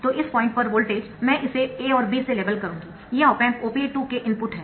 तो इस पॉइंट पर वोल्टेज मैं इसे A और B से लेबल करुँगी ये ऑप एम्प OPA 2 के इनपुट है